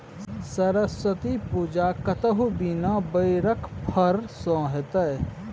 सरस्वती पूजा कतहु बिना बेरक फर सँ हेतै?